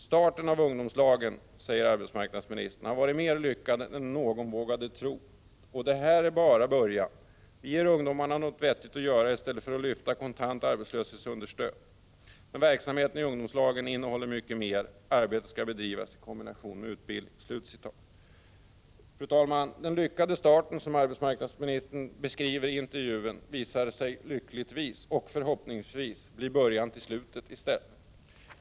Starten av ungdomslagen har varit mer lyckad än någon vågade tro. Det här är också bara början. Vi ger ungdomarna något vettigt att göra i stället för att lyfta kontant arbetslöshetsunderstöd. Men verksamheten i ungdomslag innehåller mycket mer. Arbetet skall bedrivas i kombination med utbildning.” Fru talman! Den lyckade starten, som arbetsmarknadsministern beskriver iintervjun, visade sig lyckligtvis — och förhoppningsvis — i stället bli början till slutet.